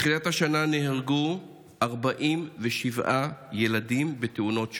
מתחילת השנה נהרגו 47 ילדים בתאונות שונות.